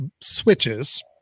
switches